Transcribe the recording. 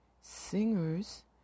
singers